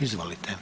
Izvolite.